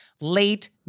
late